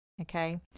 okay